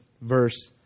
Verse